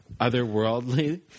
otherworldly